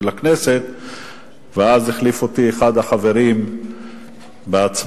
הכנסת ואז החליף אותי אחד החברים בהצבעה.